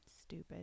stupid